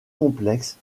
complexe